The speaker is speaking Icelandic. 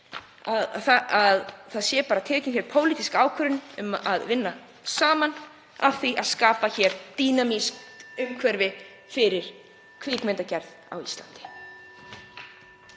Það sé bara tekin pólitísk ákvörðun um að vinna saman að því að skapa dýnamískt umhverfi fyrir kvikmyndagerð á Íslandi.